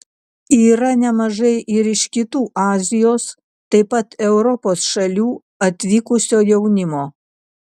yra nemažai ir iš kitų azijos taip pat europos šalių atvykusio jaunimo